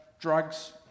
drugs